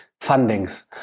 fundings